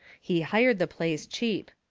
he hired the place cheap.